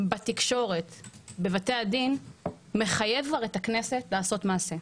בתקשורת ובבתי הדין מחייב את הכנסת לעשות מעשה.